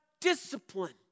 discipline